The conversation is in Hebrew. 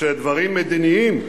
שדברים מדיניים